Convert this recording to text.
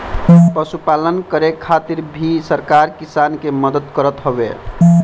पशुपालन करे खातिर भी सरकार किसान के मदद करत हवे